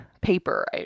paper